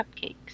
Cupcakes